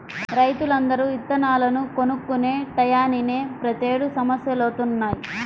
రైతులందరూ ఇత్తనాలను కొనుక్కునే టైయ్యానినే ప్రతేడు సమస్యలొత్తన్నయ్